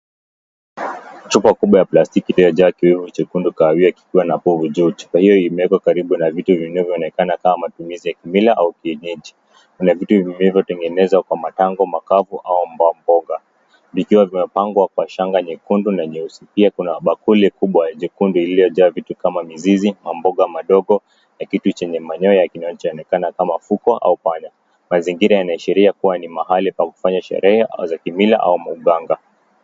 Chupa kubwa ya plastiki iliyoja kileo cha rangi nyekundu ikiwa na povu juu. Chupa hiyo imeekwa karibu na vitu zingine kama matumizi ya kimila. Vitu hivyo vimetengenezwa kwa matango makavu au mboga. Inaonekana kwa shanga nyekundu na nyeupe. Pia kuna bakuli kubwa jekundu iliyojaa vitu kama mizizi, mamboga madogo na kitu chenye manyoya ya kijivu inayoonekana kama fuko ama panya. Mazingiza yanaashiria ni pahali pa kufanya sherehe za kimila au mauganga.